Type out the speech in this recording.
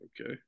okay